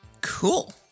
Cool